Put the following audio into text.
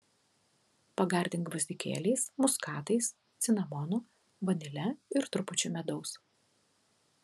pagardink gvazdikėliais muskatais cinamonu vanile ir trupučiu medaus